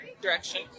direction